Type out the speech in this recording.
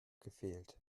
gefehlt